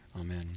Amen